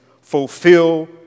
fulfill